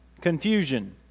confusion